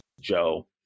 joe